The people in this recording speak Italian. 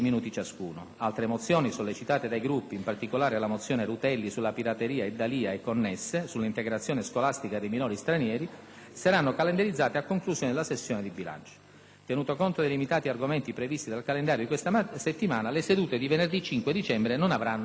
Altre mozioni sollecitate dai Gruppi - in particolare la mozione Rutelli sulla pirateria e D'Alia e connesse sull'integrazione scolastica dei minori stranieri - saranno calendarizzate a conclusione della sessione di bilancio. Tenuto conto dei limitati argomenti previsti dal calendario di questa settimana, le sedute di venerdì 5 dicembre non avranno luogo.